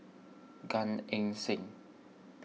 Gan Eng Seng